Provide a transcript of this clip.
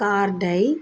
கார்டை